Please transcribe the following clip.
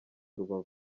rubavu